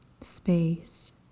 space